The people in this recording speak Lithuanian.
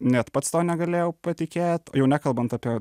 net pats tuo negalėjau patikėt jau nekalbant apie